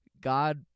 God